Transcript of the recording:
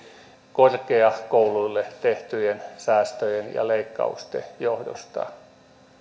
korkeakouluille tehtyjen säästöjen ja leikkausten johdosta